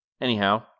Anyhow